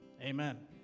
amen